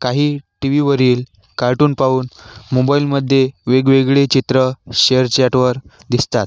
काही टी व्हीवरील कार्टून पाहून मोबाईलमध्ये वेगवेगळे चित्रं शेअरचॅटवर दिसतात